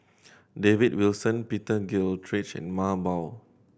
David Wilson Peter Gilchrist and Mah Bow Tan